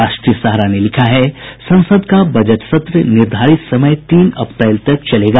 राष्ट्रीय सहारा ने लिखा है संसद का बजट सत्र निर्धारित समय तीन अप्रैल तक चलेगा